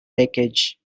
wreckage